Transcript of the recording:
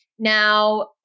Now